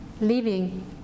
Living